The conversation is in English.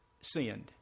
sinned